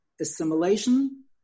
assimilation